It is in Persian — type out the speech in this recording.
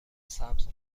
سبز